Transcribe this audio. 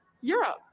Europe